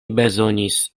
bezonis